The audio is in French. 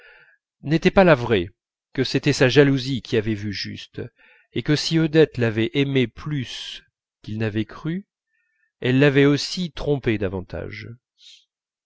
n'était pas la vraie que c'était sa jalousie qui avait vu juste et que si odette l'avait aimé plus qu'il n'avait cru elle l'avait aussi trompé davantage